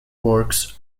works